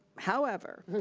however,